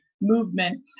movement